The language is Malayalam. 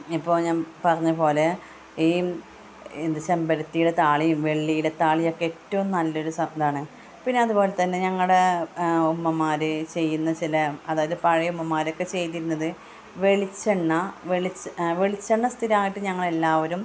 ഇപ്പോൾ ഞാൻ പറഞ്ഞപോലെ ഈ എന്ത് ചെമ്പരത്തിയുടെ താളിയും വെള്ളിയിലത്താളിയൊക്കെ ഏറ്റവും നല്ലൊരു ഇതാണ് പിന്നെ അതുപോലെത്തന്നെ ഞങ്ങളുടെ ഉമ്മമാർ ചെയ്യുന്ന ചില അതായത് പഴയ ഉമ്മമാരൊക്കെ ചെയ്തിരുന്നത് വെളിച്ചെണ്ണ വെളിച്ചെണ്ണ സ്ഥിരമായിട്ട് ഞങ്ങളെല്ലാവരും